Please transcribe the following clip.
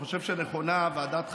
אני חושב שנכונה ועדת חקירה,